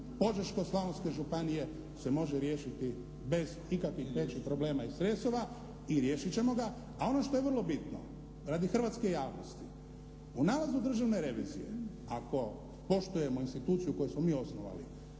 Požeško-slavonske županije se može riješiti bez ikakvih većih problema i sredstava, i riješit ćemo ga. A ono što je vrlo bitno radi hrvatske javnosti, u nalazu Državne revizije ako poštuje instituciju koju smo mi osnovali